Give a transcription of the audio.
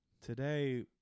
Today